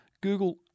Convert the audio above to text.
Google